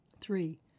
Three